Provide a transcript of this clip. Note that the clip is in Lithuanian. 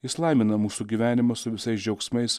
jis laimina mūsų gyvenimą su visais džiaugsmais